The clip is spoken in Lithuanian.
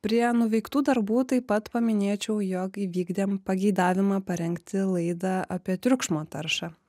prie nuveiktų darbų taip pat paminėčiau jog įvykdėm pageidavimą parengti laidą apie triukšmo taršą